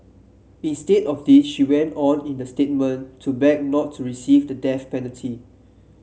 instead of this she went on in the statement to beg not to receive the death penalty